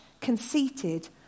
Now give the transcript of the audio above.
conceited